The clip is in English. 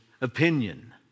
Opinion